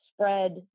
spread